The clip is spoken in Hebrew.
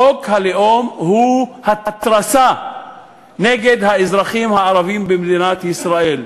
חוק הלאום הוא התרסה נגד האזרחים הערבים במדינת ישראל.